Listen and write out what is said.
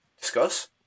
discuss